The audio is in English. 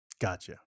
Gotcha